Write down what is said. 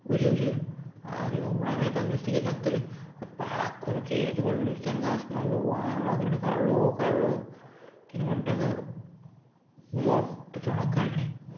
व्हिडियोचेर आरे बाबा म्हळें हांवें हेका आनी नुस्तें कितें लागतलें पाक कोरून केदें व्हडलो नुस्त्यान घांस मारलो वांगडा तेणें काडलो हो काडलो किदें म्हणटा तेका मोट्टें चोणोक काडलें